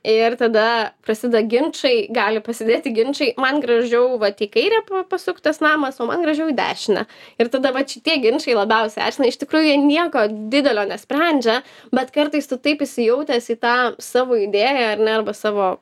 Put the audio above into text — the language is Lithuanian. ir tada prasideda ginčai gali prasidėti ginčai man gražiau vat į kairę pasuktas namas o man gražiau į dešinę ir tada vat šitie ginčai labiausiai erzina iš tikrųjų jie nieko didelio nesprendžia bet kartais tu taip įsijautęs į tą savo idėją ar ne arba savo